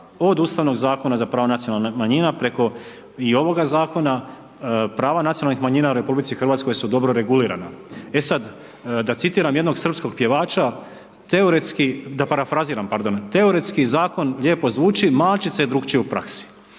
odustanu od Zakona za pravo nacionalnih manjina, preko i ovoga zakona, prava nacionalnih manjina u RH su dobro regulirano. E sada, da citiram jednom srpskog pjevača, da parafraziram, pardon, teoretski zakon lijepo zvuči, malčice je drugačije u praksi.